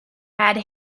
had